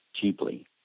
cheaply